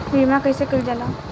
बीमा कइसे कइल जाला?